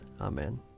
amen